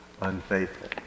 unfaithful